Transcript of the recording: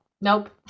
nope